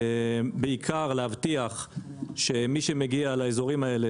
בעיקר להבטיח שמי שמגיע לאזורים האלה